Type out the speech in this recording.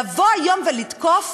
לבוא היום ולתקוף,